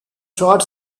short